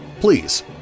please